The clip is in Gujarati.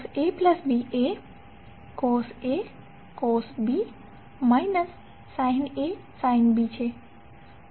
એ જ રીતે CosAB એ છે